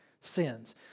sins